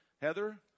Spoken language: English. Heather